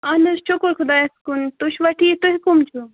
اَہن حظ شُکُر خۄدایَس کُن تُہۍ چھُوا ٹھیٖک تُہۍ کَم چھُو